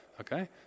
okay